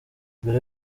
mbere